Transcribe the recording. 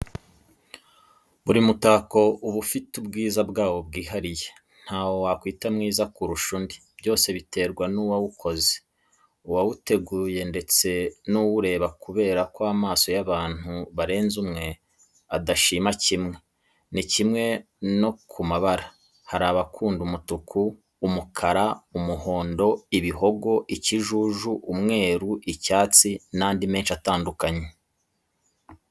Buri mutako uba ufite ubwiza bwawo bwihariye, ntawo wakwita mwiza kurusha undi, byose biterwa n'uwawukoze, uwawuteguye ndetse n'uwureba kubera ko amasomo y'abantu barenze umwe adashima kimwe, ni kimwe no ku mabara, hari abakunda umutuku, umukara, umuhondo, ibihogo, ikijuju, umweru, icyatsi n'andi menshi atandukanye.